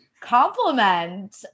compliment